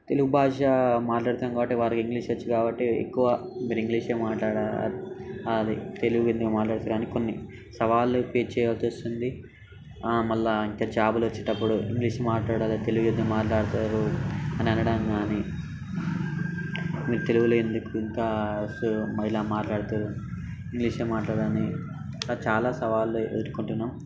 తెలుగు భాష మాట్లాడతాము కాబట్టి వారికి ఇంగ్లీష్ వచ్చు కాబట్టి ఎక్కువ మీరు ఇంగ్లీషే మాట్లాడాలి తెలుగు ఎందుకు మాట్లాడుతున్నారు అని కొన్ని సవాళ్ళు ఫేస్ చేయాల్సి వస్తుంది మళ్ళీ ఇంకా జాబులు వచ్చేటప్పుడు ఇంగ్లీష్ మాట్లాడాలి తెలుగు ఎందుకు మాట్లాడతారు అని అనడం కానీ మీకు తెలుగులో ఎందుకు ఇంకా వస్తురూ ఇలా మాట్లాడతారు ఇంగ్లీషే మాట్లాడని ఇలా చాలా సవాలు ఎదురుకొంటున్నాము